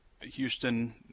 Houston